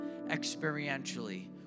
experientially